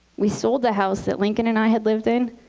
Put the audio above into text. we sold the house that lincoln and i had lived in,